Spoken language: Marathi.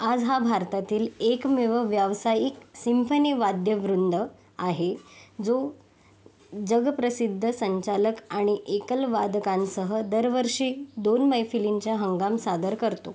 आज हा भारतातील एकमेव व्यावसायिक सिम्फनी वाद्यवृंद आहे जो जगप्रसिद्ध संचालक आणि एकल वादकांसह दरवर्षी दोन मैफिलींचा हंगाम सादर करतो